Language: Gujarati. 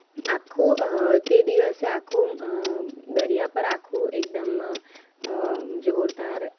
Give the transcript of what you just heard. આખો તે દિવસે આખો દરિયા પર આખું એકદમ જોરદાર